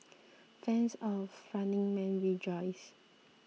fans of Running Man rejoice